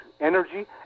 energy